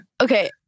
Okay